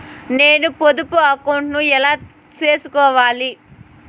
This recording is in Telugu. నేను పొదుపు అకౌంటు ను ఎలా సేసుకోవాలి?